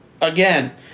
Again